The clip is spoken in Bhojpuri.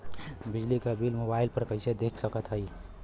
बिजली क बिल मोबाइल पर कईसे देख सकत हई?